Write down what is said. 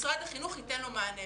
משרד החינוך ייתן לו מענה.